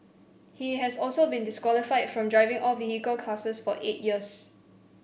he has also been disqualified from driving all vehicle classes for eight years